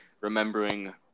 remembering